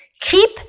Keep